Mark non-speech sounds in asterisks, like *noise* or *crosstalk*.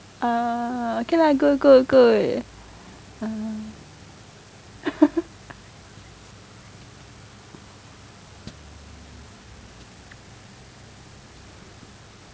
ah okay lah good good good uh *laughs*